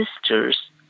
sister's